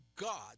God